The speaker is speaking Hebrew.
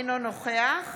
אינו נוכח